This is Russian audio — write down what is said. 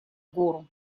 гору